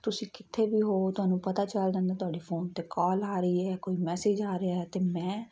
ਤੁਸੀਂ ਕਿੱਥੇ ਵੀ ਹੋ ਤੁਹਾਨੂੰ ਪਤਾ ਚੱਲ ਜਾਂਦਾ ਤੁਹਾਡੀ ਫੋਨ 'ਤੇ ਕਾਲ ਆ ਰਹੀ ਹੈ ਕੋਈ ਮੈਸੇਜ ਆ ਰਿਹਾ ਅਤੇ ਮੈਂ